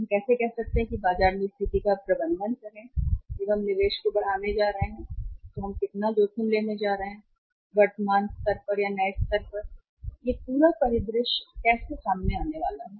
हम कैसे कह सकते हैं कि बाजार में स्थिति का प्रबंधन करें जब हम निवेश को बढ़ाने जा रहे हैं तो हम कितना जोखिम लेने वाले हैं वर्तमान स्तर नए स्तर पर और यह पूरा परिदृश्य कैसे सामने आने वाला है